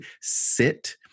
sit